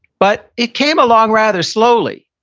but it came along rather slowly.